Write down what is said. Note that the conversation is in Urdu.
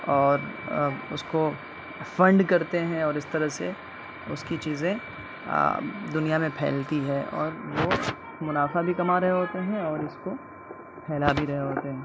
اور اس کو فنڈ کرتے ہیں اور اس طرح سے اس کی چیزیں دنیا میں پھیلتی ہیں اور وہ منافع بھی کما رہے ہوتے ہیں اور اس کو پھیلا بھی رہے ہوتے ہیں